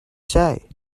say